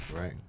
right